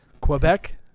quebec